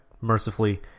mercifully